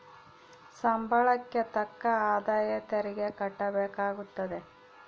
ಸಂಬಳಕ್ಕೆ ತಕ್ಕ ಆದಾಯ ತೆರಿಗೆ ಕಟ್ಟಬೇಕಾಗುತ್ತದೆ